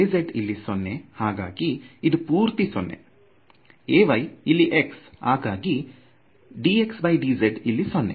Az ಇಲ್ಲಿ 0 ಹಾಗಾಗಿ ಇದು ಪೂರ್ತಿ 0 Ay ಇಲ್ಲಿ x ಹಾಗೆ dxdz ಇಲ್ಲಿ 0